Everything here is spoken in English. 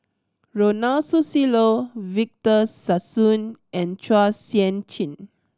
Ronald Susilo Victor Sassoon and Chua Sian Chin